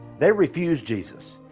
they refused jesus.